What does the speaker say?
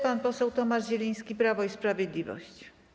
Pan poseł Tomasz Zieliński, Prawo i Sprawiedliwość.